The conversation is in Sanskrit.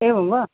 एवं वा